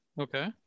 Okay